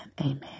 Amen